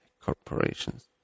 corporations